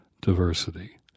diversity